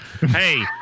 Hey